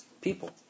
people